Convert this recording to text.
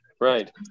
Right